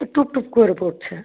ওই টুপ টুপ করে পড়ছে